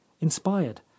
inspired